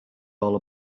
all